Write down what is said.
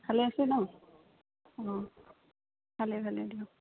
ভালে আছে ন অঁ ভালে ভালে দিয়ক